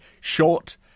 short